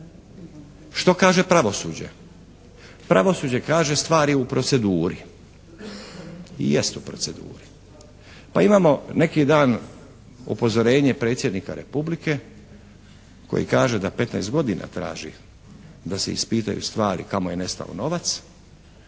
Što kaže pravosuđe? Pravosuđe kaže stvar je u proceduri. I jest u proceduri. Pa imamo, neki dan, upozorenje Predsjednika Republike koji kaže da 15 godina traži da se ispitaju stvari kamo je nestalo novac